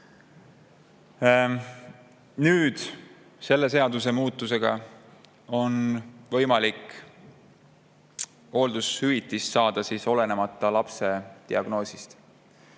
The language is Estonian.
Nüüd, selle seadusemuudatusega on võimalik hooldushüvitist saada olenemata lapse diagnoosist.